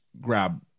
grab